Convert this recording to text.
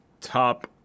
top